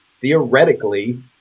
Theoretically